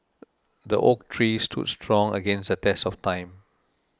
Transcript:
the oak tree stood strong against the test of time